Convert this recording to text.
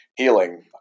Healing